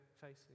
facing